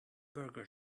burger